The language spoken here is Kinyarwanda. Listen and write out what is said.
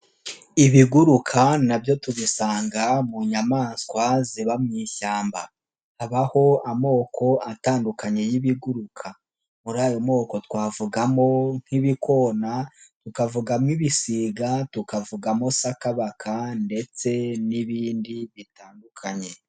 Ibiguruka nabyo tubisanga mu nyamaswa ziba mu ishyamba habaho amoko atandukanye y'ibiguruka muri ayo moko twavugamo nk'ibikona, tukavugamo ibisiga, tukavugamo sakabaka ndetse n'ibindi bitandukanye.